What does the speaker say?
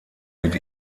mit